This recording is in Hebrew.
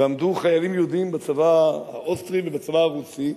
ועמדו חיילים יהודים בצבא האוסטרי ובצבא הרוסי,